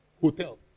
hotel